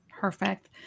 Perfect